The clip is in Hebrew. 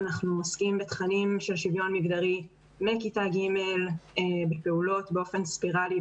אנחנו עוסקים בתכנים של שוויון מגדרי מכיתה ג' בפעולות באופן ספיראלי,